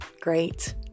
Great